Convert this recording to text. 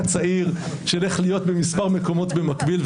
הצעיר איך להיות במספר מקומות במקביל.